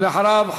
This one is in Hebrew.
ואחריו,